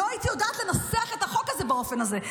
לא הייתי יודעת לנסח את החוק הזה באופן הזה.